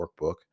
workbook